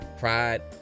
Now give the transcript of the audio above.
pride